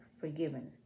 forgiven